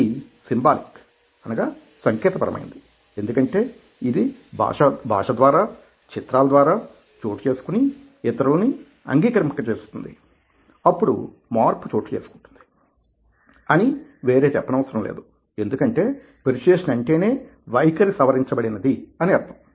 ఇది సింబాలిక్ అనగా సంకేత పరమైనది ఎందుకంటే ఇది భాష ద్వారా చిత్రాల ద్వారా చోటు చేసుకుని ఇతరులని అంగీకరింపచేస్తుంది అప్పుడు మార్పు చోటు చేసుకుంది అని వేరే చెప్పనవసరం లేదు ఎందుకంటే పెర్సుయేసన్ అంటేనే వైఖరి సవరించబడినది అని అర్థం